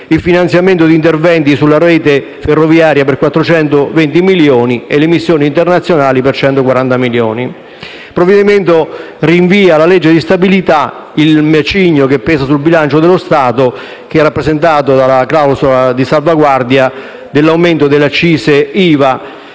il finanziamento di interventi sulla rete ferroviaria (420 milioni) e per le missioni internazionali (140 milioni). Il provvedimento rinvia alla legge di stabilità il macigno, che pesa sul bilancio dello Stato, rappresentato dalla clausola di salvaguardia dell'aumento delle aliquote IVA,